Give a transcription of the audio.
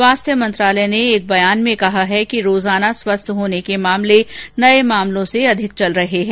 स्वास्थ्य मंत्रालय ने एक बयान में कहा है कि प्रतिदिन स्वस्थ होने के मामले नए मामलों से अधिक चल रहे हैं